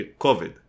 COVID